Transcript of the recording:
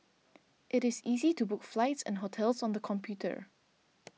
it is easy to book flights and hotels on the computer